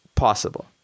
possible